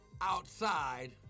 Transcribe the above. outside